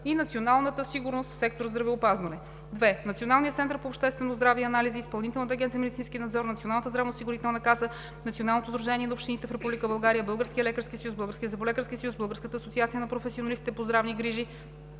и националната сигурност в сектор „Здравеопазване“. 2. Националния център по обществено здраве и анализи, Изпълнителна агенция „Медицински надзор“, Националната здравноосигурителна каса, Националното сдружение на общините в Република България, Българския лекарски съюз, Българския зъболекарски съюз, Българската асоциация на професионалистите по здравни грижи,